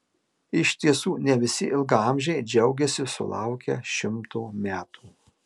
iš tiesų ne visi ilgaamžiai džiaugiasi sulaukę šimto metų